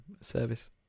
service